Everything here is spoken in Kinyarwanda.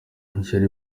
ishyari